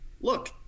look